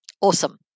Awesome